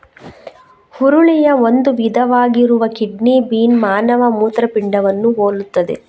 ಹುರುಳಿಯ ಒಂದು ವಿಧವಾಗಿರುವ kidney bean ಮಾನವ ಮೂತ್ರಪಿಂಡವನ್ನು ಹೋಲುತ್ತದೆ